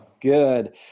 Good